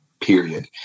period